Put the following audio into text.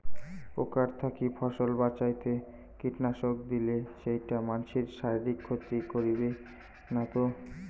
পোকার থাকি ফসল বাঁচাইতে কীটনাশক দিলে সেইটা মানসির শারীরিক ক্ষতি করিবে না তো?